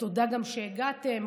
ותודה שהגעתם,